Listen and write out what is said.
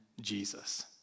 Jesus